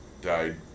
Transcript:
died